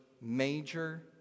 major